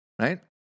right